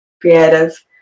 creative